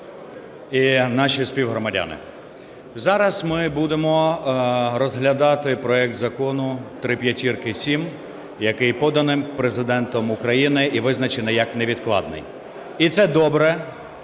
і наші співгромадяни! Зараз ми будемо розглядати проект Закону 5557, який поданий Президентом України і визначений як невідкладний. І це добре,